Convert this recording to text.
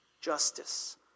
Justice